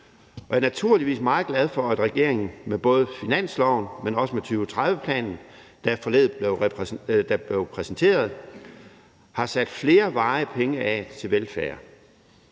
jeg er naturligvis meget glad for, at regeringen med både finansloven og 2030-planen, der forleden blev præsenteret, har sat flere varige midler af til velfærd